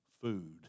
food